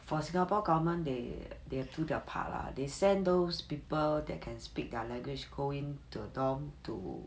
for singapore government they they have do their part lah they send those people that can speak their language go in to dorm to